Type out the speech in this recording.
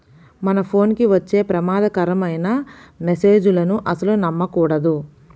మన ఫోన్ కి వచ్చే ప్రమాదకరమైన మెస్సేజులను అస్సలు నమ్మకూడదు